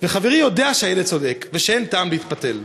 וחברי יודע שהילד צודק ושאין טעם להתפתל.